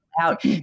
out